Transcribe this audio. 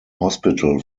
hospital